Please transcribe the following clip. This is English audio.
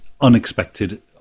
unexpected